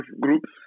groups